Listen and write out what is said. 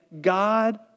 God